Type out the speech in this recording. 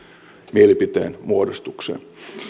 mielipiteen muodostukseen